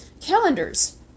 calendars